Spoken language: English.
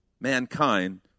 mankind